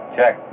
Check